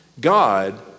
God